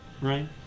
right